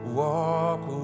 walk